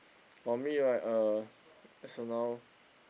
for me right uh as of now